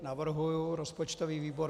Navrhuji rozpočtový výbor.